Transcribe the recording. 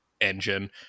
engine